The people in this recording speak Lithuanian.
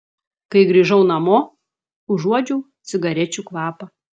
kai grįžau namo užuodžiau cigarečių kvapą